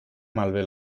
malbé